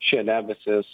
šie debesys